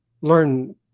learn